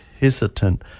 hesitant